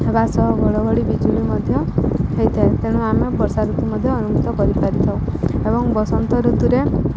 ହେବା ସହ ଘଡ଼ଘଡ଼ି ଭଳି ବିଜୁଳି ମଧ୍ୟ ହେଇଥାଏ ତେଣୁ ଆମେ ବର୍ଷା ଋତୁ ମଧ୍ୟ ଅନୁଭତ କରିପାରିଥାଉ ଏବଂ ବସନ୍ତ ଋତୁରେ